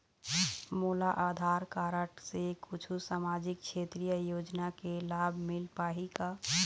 मोला आधार कारड से कुछू सामाजिक क्षेत्रीय योजना के लाभ मिल पाही का?